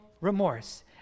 remorse